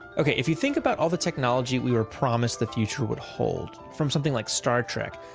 okay. if you think about all the technology we were promised the future would hold, from something like star trek.